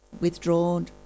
withdrawn